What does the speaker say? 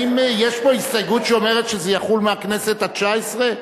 האם יש פה הסתייגות שאומרת שזה יחול מהכנסת התשע-עשרה?